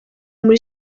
muri